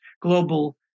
global